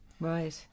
Right